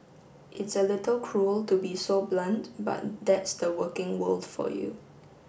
it's a little cruel to be so blunt but that's the working world for you